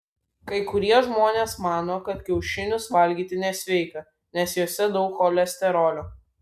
kai kurie žmonės mano kad kiaušinius valgyti nesveika nes juose daug cholesterolio